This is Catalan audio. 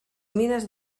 mines